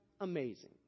amazing